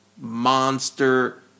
monster